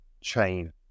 chain